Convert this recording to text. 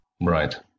Right